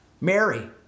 Mary